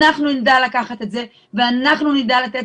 אנחנו נדע לקחת את זה ואנחנו נדע לתת